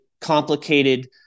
complicated